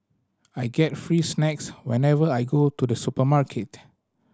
I get free snacks whenever I go to the supermarket